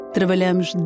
Trabalhamos